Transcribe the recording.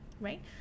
right